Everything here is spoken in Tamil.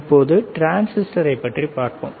இப்போது டிரான்ஸிஸ்டரை பற்றி பார்ப்போம்